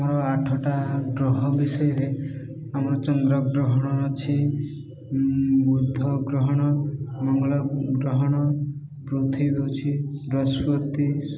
ଆମର ଆଠଟା ଗ୍ରହ ବିଷୟରେ ଆମର ଚନ୍ଦ୍ରଗ୍ରହଣ ଅଛି ବୁଧ ଗ୍ରହଣ ମଙ୍ଗଳ ଗ୍ରହଣ ପୃଥିବୀ ଅଛି